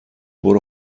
برو